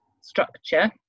structure